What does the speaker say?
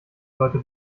leute